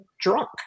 drunk